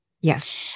Yes